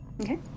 Okay